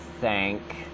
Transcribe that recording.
thank